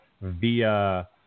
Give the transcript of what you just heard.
via